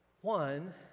One